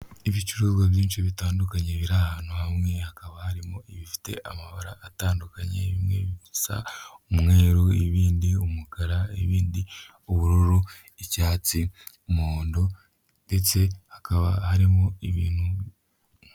Ibicuruzwa byinshi bitandukanye biri ahantu hamwe hakaba harimo ibifite amabara atandukanye bisa umweru, ibindi umukara, ibindi ubururu, icyatsi, umuhondo, ndetse hakaba harimo ibintu.